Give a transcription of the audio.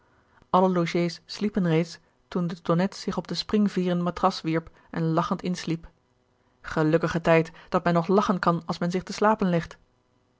alle logés sliepen reeds toen de tonnette zich op de springveeren matras wierp en lachend insliep gelukkige tijd dat men nog lachen kan als men zich te slapen legt